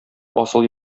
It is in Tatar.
асыл